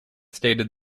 stated